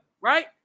Right